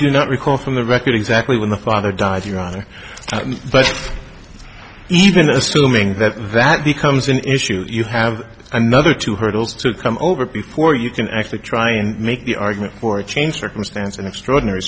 do not recall from the record exactly when the father died your honor but even assuming that that becomes an issue you have another two hurdles to come over before you can actually try and make the argument for a change circumstance and extraordinary